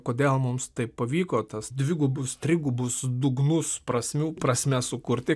kodėl mums taip pavyko tas dvigubus trigubus dugnus prasmių prasmes sukurti